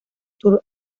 tour